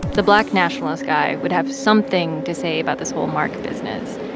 the black nationalist guy would have something to say about this whole mark business.